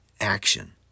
action